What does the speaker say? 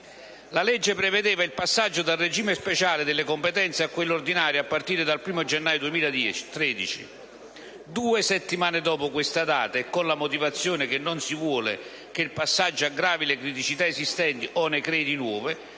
La legge prevedeva il passaggio dal regime speciale delle competenze a quello ordinario a partire dal 1° gennaio 2013. Due settimane dopo questa data, e con la motivazione che non si vuole che il passaggio aggravi le criticità esistenti o ne crei di nuove,